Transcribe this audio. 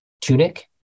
tunic